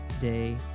day